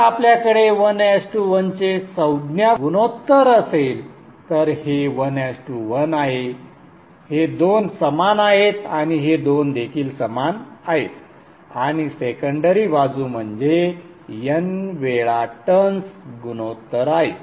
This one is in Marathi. जर आपल्याकडे 1 1 चे संज्ञा गुणोत्तर असेल तर हे 1 1 आहे हे दोन समान आहेत आणि हे दोन देखील समान आहेत आणि सेकंडरी बाजू म्हणजे n वेळा टर्न्स गुणोत्तर आहे